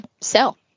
sell